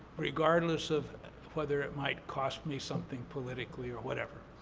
regardless of whether it might cause me something politically or whatever.